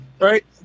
Right